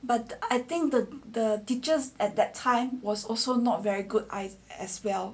but I think the the teachers at that time was also not very good eyes as well